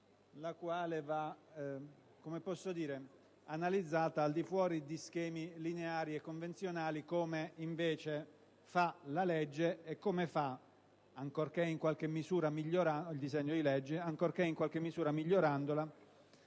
che va analizzata al di fuori di schemi lineari e convenzionali, come invece fa il disegno di legge e come fa, ancorché in qualche misura migliorandolo,